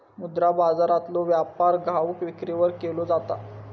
मुद्रा बाजारातलो व्यापार घाऊक विक्रीवर केलो जाता